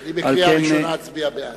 אני אצביע בעד בקריאה ראשונה.